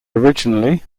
originally